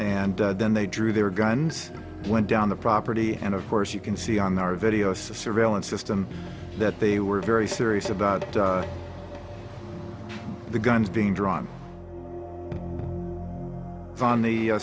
and then they drew their guns and went down the property and of course you can see on the video surveillance system that they were very serious about the guns being drawn on the